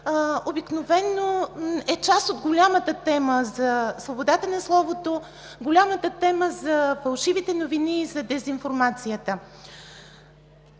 обикновено е част от голямата тема за свободата на словото, голямата тема за фалшивите новини и за дезинформацията.